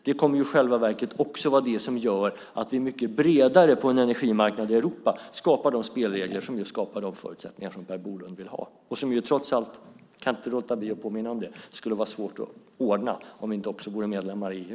Det kommer i själva verket också att vara det som gör att vi mycket bredare på en energimarknad i Europa skapar de spelregler som ger de förutsättningar som Per Bolund vill ha och som trots allt, jag kan inte låta bli att påminna om det, skulle vara svåra att ordna om inte Sverige också vore medlem i EU.